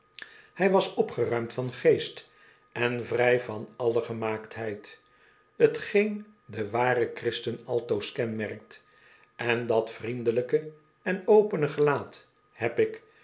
hij was opgeruimd van geest en vrij van alle gemaaktheid t geen den waren christen altoos kenmerkt in dat vriendelijke en opcne gelaat heb ik